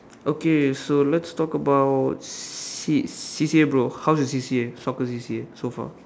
okay so let's talk about C C_C_A bro how's your C_C_A soccer C_C_A